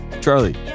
Charlie